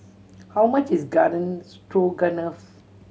how much is Garden Stroganoff